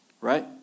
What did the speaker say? right